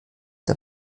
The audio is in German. der